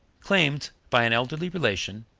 claimed by an elderly relation,